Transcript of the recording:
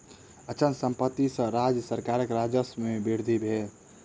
अचल संपत्ति सॅ राज्य सरकारक राजस्व में वृद्धि भेल